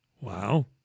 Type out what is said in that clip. Wow